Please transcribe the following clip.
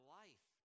life